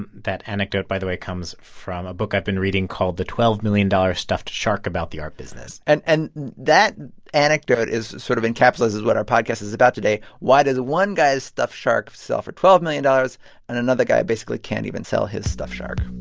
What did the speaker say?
and that anecdote, by the way, comes from a book i've been reading called the twelve million dollars stuffed shark about the art business and and that anecdote is sort of encapsulates what our podcast is is about today. why does one guy's stuffed shark sell for twelve million dollars and another guy basically can't even sell his stuffed shark?